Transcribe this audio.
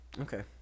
okay